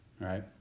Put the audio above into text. right